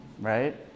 Right